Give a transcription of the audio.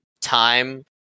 time